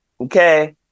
Okay